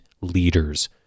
leaders